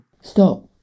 Stop